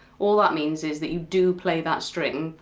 all that means is that you do play that string,